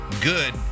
good